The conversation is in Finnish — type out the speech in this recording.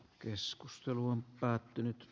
keskustelu on päättynyt